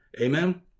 Amen